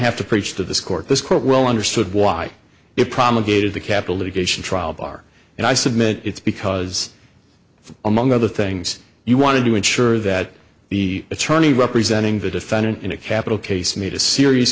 have to preach to this court this court well understood why it promulgated the capital of a geisha trial bar and i submit it's because among other things you wanted to ensure that the attorney representing the defendant in a capital case made a serious